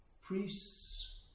Priests